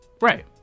Right